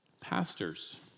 Pastors